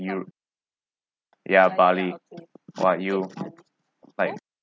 you ya bali !wah! you like